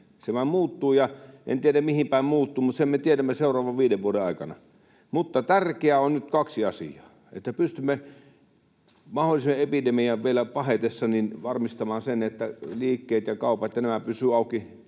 Se vain muuttuu, enkä tiedä, mihin päin muuttuu, mutta sen me tiedämme seuraavien viiden vuoden aikana. Tärkeää on nyt kaksi asiaa: että pystymme mahdollisesti epidemian vielä pahetessa varmistamaan, että liikkeet ja kaupat ja nämä pysyvät auki,